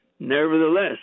Nevertheless